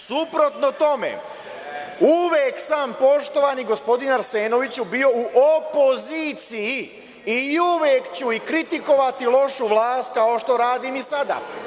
Suprotno tome, uvek sam, poštovani gospodine Arsenoviću, bio u opoziciji i uvek ću kritikovati lošu vlast, kao što to radim i sada.